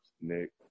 Nick